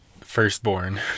firstborn